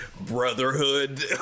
brotherhood